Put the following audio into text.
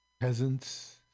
Peasants